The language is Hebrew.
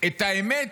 את האמת